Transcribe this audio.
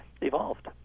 evolved